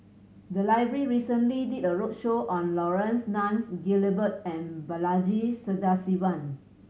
the library recently did a roadshow on Laurence Nunns Guillemard and Balaji Sadasivan